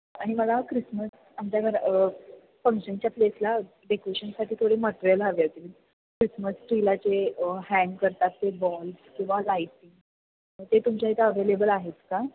आणि मला क्रिसमस आमच्या घर फंक्शनच्या प्लेसला डेकोरेशनसाठी थोडे मटेरियल हवे होते क्रिसमस ट्रीला जे हँग करतात ते बॉल्स किंवा लाईटिंग ते तुमच्या इथं अवेलेबल आहेत का